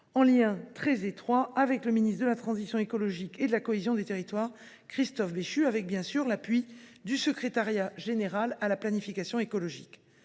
en lien très étroit avec le ministre de la transition écologique et de la cohésion des territoires, Christophe Béchu, et avec l’appui du secrétariat général à la planification écologique.